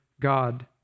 God